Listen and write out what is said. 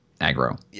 aggro